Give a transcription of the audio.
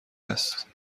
است